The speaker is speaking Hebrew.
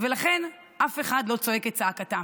ולכן אף אחד לא צועק את צעקתם.